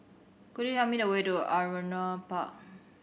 could you tell me the way to Ardmore Park